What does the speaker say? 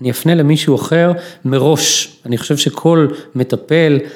‫אני אפנה למישהו אחר מראש. ‫אני חושב שכל מטפל...